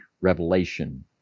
revelation